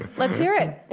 let's hear it